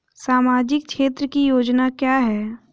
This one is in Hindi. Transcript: सामाजिक क्षेत्र की योजना क्या है?